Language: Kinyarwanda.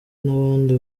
n’abandi